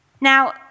Now